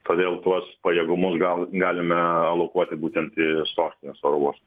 todėl tuos pajėgumus gal galime alokuoti būtent į sostinės oro uostą